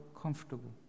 comfortable